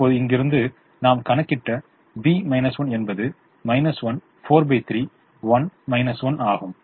இப்போது இங்கிருந்து நாம் கணக்கிட்ட B 1 என்பது 1 43 1 1 ஆகும்